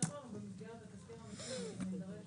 שבמסגרת התזכיר המשלים אנחנו נידרש